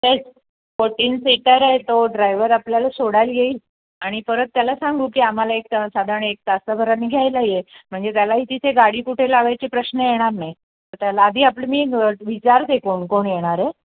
तेच fourteen seater आहे तो ड्रायवर आपल्याला सोडायला येईल आणि परत त्याला सांगू की आम्हाला एक त साधारण एक तासाभराने घ्यायला ये म्हणजे त्यालाही तिथे गाडी कुठे लावायची प्रश्न येणार नाही तर त्याला आधी आपलं मी विचारते कोण कोण येणार आहे